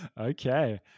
okay